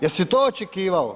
Jesi to očekivao?